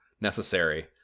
necessary